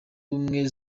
ubumwe